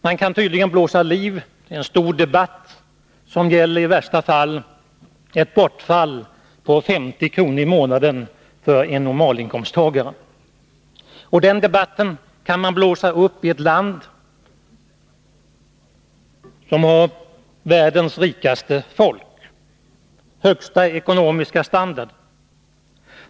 Man kan tydligen blåsa upp en stor debatt som gäller i värsta fall ett bortfall på 50 kr. i månaden för en normalinkomsttagare. Och det kan man göra i ett land som har världens rikaste folk och den högsta ekonomiska standarden.